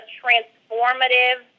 transformative